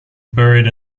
buried